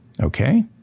okay